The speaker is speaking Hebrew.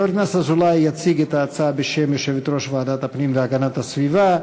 חבר הכנסת אזולאי יציג את ההצעה בשם יושבת-ראש ועדת הפנים והגנת הסביבה.